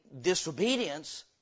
disobedience